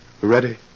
Ready